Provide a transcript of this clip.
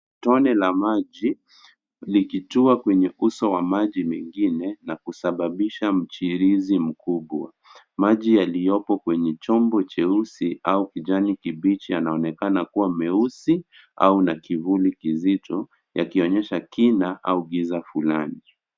Tone la maji likitua kwenye uso wa maji mengine na kusababisha mchirizi mkubwa. Maji yaliyopo kwenye chombo cheusi au kijani kibichi yanaonekana kuwa mweusi au na kivuli kizito, yakionyesha kina au giza fulani.